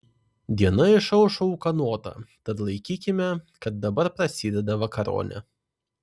diena išaušo ūkanota tad laikykime kad dabar prasideda vakaronė